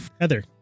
Heather